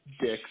dicks